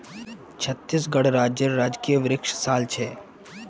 छत्तीसगढ़ राज्येर राजकीय वृक्ष साल छे